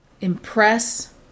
Impress